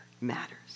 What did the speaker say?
matters